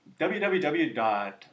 www